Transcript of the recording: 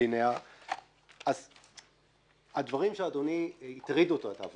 הדברים שהטרידו את אדוני,